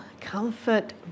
comfort